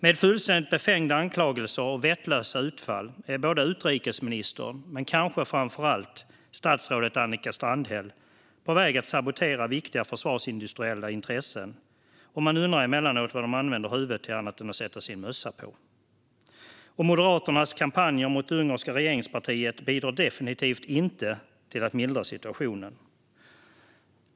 Med fullständigt befängda anklagelser och vettlösa utfall är både utrikesministern och kanske framför allt statsrådet Annika Strandhäll på väg att sabotera viktiga försvarsindustriella intressen. Man undrar emellanåt vad de använder huvudet till annat än att sätta sin mössa på. Moderaternas kampanjer mot det ungerska regeringspartiet bidrar definitivt inte till att mildra situationen.